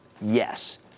Yes